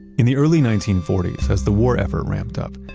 in the early nineteen forty s as the war effort ramped up,